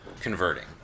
converting